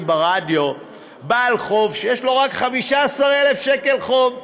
ברדיו בעל חוב שיש לו רק 15,000 שקל חוב,